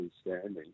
standing